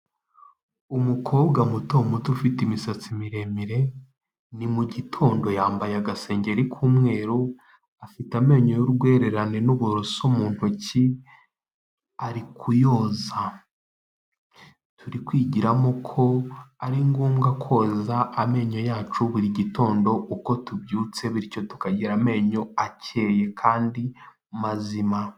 Umukobwa muto muto ufite imisatsi miremire ni mugitondo yambaye agasengeri k'umweru afite amenyo y'urwererane n'uburoso mu ntoki ari kuyoza turi kwigiramo ko ari ngombwa koza amenyo yacu buri gitondo uko tubyutse bityo tukagira amenyo akeye kandi mazima.